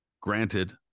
granted